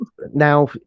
now